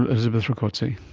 elizabeth rakoczy.